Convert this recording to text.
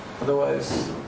Otherwise